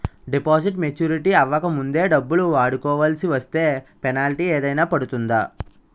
Deposit maturity అవ్వక ముందే డబ్బులు వాడుకొవాల్సి వస్తే పెనాల్టీ ఏదైనా పడుతుందా?